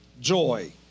joy